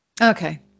Okay